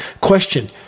Question